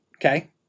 okay